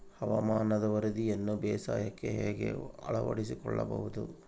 ಹವಾಮಾನದ ವರದಿಯನ್ನು ಬೇಸಾಯಕ್ಕೆ ಹೇಗೆ ಅಳವಡಿಸಿಕೊಳ್ಳಬಹುದು?